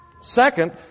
Second